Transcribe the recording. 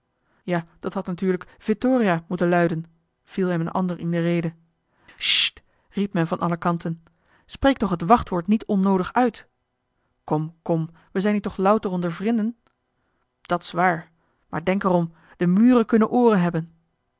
ja dat had natuurlijk vittoria moeten luiden viel hem een ander in de rede sssst riep men van alle kanten spreek toch het wachtwoord niet onnoodig uit kom kom we zijn hier toch louter onder vrinden dat's waar maar denk er om de muren kunnen ooren hebben